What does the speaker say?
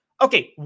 Okay